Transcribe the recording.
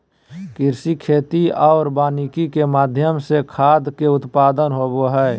कृषि, खेती आरो वानिकी के माध्यम से खाद्य के उत्पादन होबो हइ